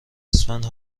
اسفند